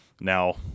Now